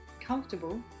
comfortable